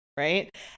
Right